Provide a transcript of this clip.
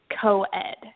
co-ed